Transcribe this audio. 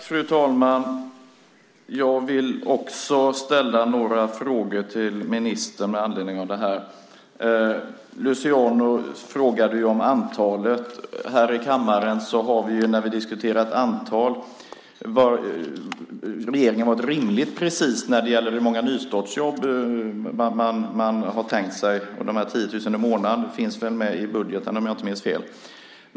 Fru talman! Jag vill också ställa några frågor till ministern med anledning av det här. Luciano frågade ju om antalet. Här i kammaren har regeringen varit rimligt precis när det gäller hur många nystartsjobb man har tänkt sig. De 10 000 i månaden finns väl med i budgeten, om jag inte minns fel.